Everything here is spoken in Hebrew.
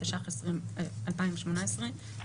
התשע"ח-2018,